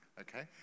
Okay